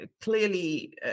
clearly